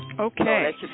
Okay